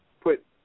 put